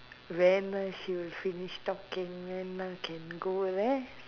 very nice you finish talking then now can go right